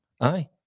aye